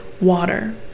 water